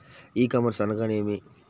ఈ కామర్స్ అనగానేమి?